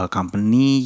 Company